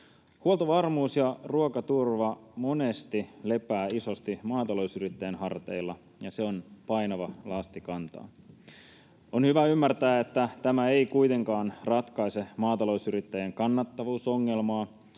Huoltovarmuus ja ruokaturva monesti lepäävät isosti maatalousyrittäjien harteilla, ja se on painava lasti kantaa. On hyvä ymmärtää, että tämä ei kuitenkaan ratkaise maatalousyrittäjien kannattavuusongelmaa